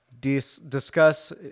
discuss